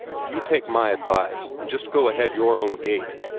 you take my advice and just go ahead your own gait,